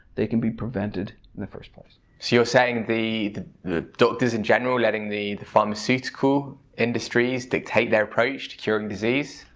they can be prevented in the first place. so you're saying the the doctors in general letting the the pharmaceutical industries dictate their approach to cure and disease?